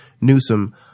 Newsom